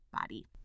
body